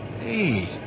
Hey